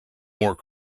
more